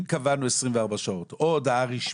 אם קבענו 24 שעות או הודעה רשמית,